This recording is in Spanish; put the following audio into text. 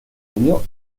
unió